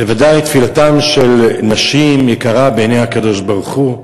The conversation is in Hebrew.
בוודאי תפילתן של נשים יקרה בעיני הקדוש-ברוך-הוא,